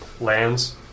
Lands